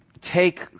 take